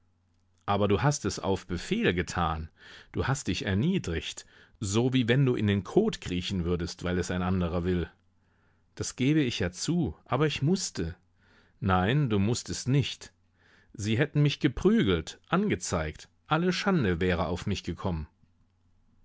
aber du hast es auf befehl getan du hast dich erniedrigt so wie wenn du in den kot kriechen würdest weil es ein anderer will das gebe ich ja zu aber ich mußte nein du mußtest nicht sie hätten mich geprügelt angezeigt alle schande wäre auf mich gekommen